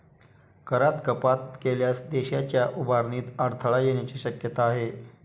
करात कपात केल्यास देशाच्या उभारणीत अडथळा येण्याची शक्यता आहे